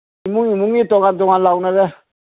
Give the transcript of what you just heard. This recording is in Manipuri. ꯏꯃꯨꯡ ꯏꯃꯨꯡꯒꯤ ꯇꯣꯉꯥꯟ ꯇꯣꯉꯥꯟ ꯂꯥꯎꯅꯔꯦ